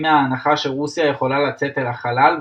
מההנחה שרוסיה יכולה לצאת אל החלל,